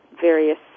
various